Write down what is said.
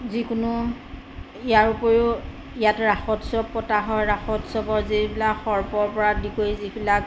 যিকোনো ইয়াৰ উপৰিও ইয়াত ৰাসোৎসৱ পতা হয় ৰাসোৎসৱৰ যিবিলাক সৰ্পৰ পৰা আদি কৰি যিবিলাক